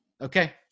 Okay